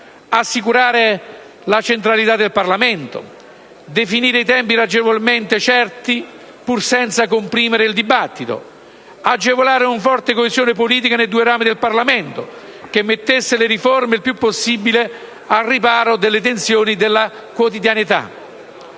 assicurare la centralità del Parlamento, definire tempi ragionevolmente certi pur senza comprimere il dibattito; agevolare una forte coesione politica nei due rami del Parlamento che metta le riforme il più possibile al riparo dalle tensioni della quotidianità.